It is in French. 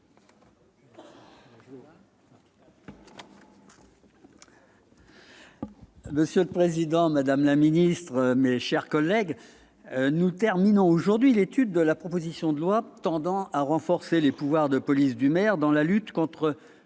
Monsieur le président, madame la secrétaire d'État, mes chers collègues, nous terminons aujourd'hui l'étude de la proposition de loi tendant à renforcer les pouvoirs de police du maire dans la lutte contre